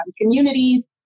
communities